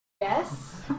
yes